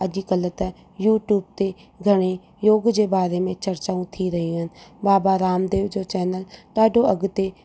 अॼु कल्ह त यू ट्यूब ते घणे योग जे बारे में चर्चाऊं थी रहियूं आहिनि बाबा रामदेव जो चेनल ॾाढो अॻिते